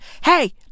Hey